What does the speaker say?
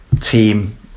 team